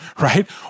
right